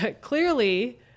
Clearly